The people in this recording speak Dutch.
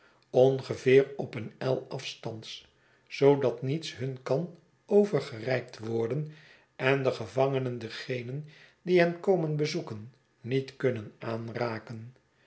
ongeveer op een el afstands zoodat niets hun kan overgereikt worden en de gevangenen degenen die hen komen bezoeken niet kunnen aanraken